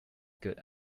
good